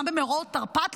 גם במאורעות תרפ"ט,